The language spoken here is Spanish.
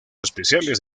especiales